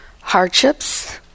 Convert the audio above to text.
hardships